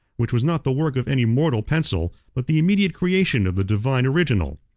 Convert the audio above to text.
which was not the work of any mortal pencil, but the immediate creation of the divine original.